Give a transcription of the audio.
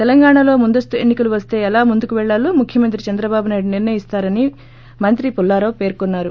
తెలంగాణాలో ముందస్తు ఎన్ని కలు వస్త ఎలా ముందుకు పెళ్లాలో ముఖ్యమంత్రి చంద్రబాబు నాయుడు నిర్ణయిస్తారని మంత్రి పుల్లారావు పేర్కొన్నారు